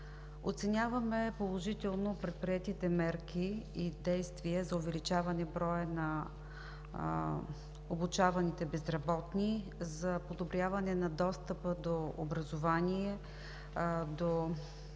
Оценяваме положително предприетите мерки и действия за увеличаване броя на обучаваните безработни, за подобряване на достъпа до образование, до придобиването